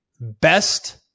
best